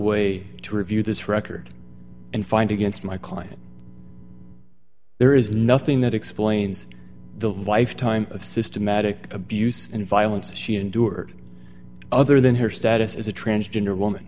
way to review this record and find against my client there is nothing that explains the lifetime of systematic abuse and violence she endured other than her status as a transgender woman